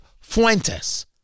Fuentes